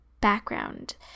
background